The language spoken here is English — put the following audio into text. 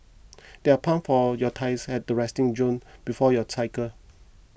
there are pump for your tyres at the resting zone before you cycle